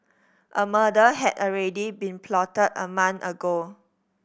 a murder had already been plotted a month ago